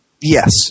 Yes